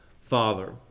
Father